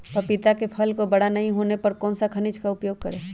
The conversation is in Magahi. पपीता के फल को बड़ा नहीं होने पर कौन सा खनिज का उपयोग करें?